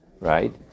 right